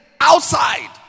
outside